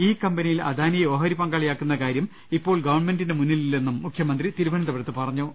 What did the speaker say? ഈ കമ്പനിയിൽ അദാനിയെ ഓഹരി പങ്കാളിയാക്കുന്ന കാര്യം ഇപ്പോൾ ഗവൺമെന്റിന് മുന്നിലില്ലെന്നും മുഖ്യമന്ത്രി അറിയിച്ചു